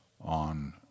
on